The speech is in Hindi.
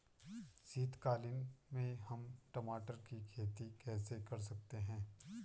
शीतकालीन में हम टमाटर की खेती कैसे कर सकते हैं?